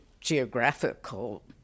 geographical